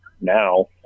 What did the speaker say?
now